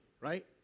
Right